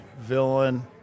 Villain